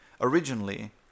Originally